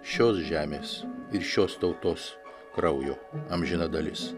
šios žemės ir šios tautos kraujo amžina dalis